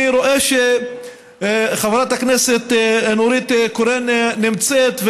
אני רואה שחברת הכנסת נורית קורן נמצאת,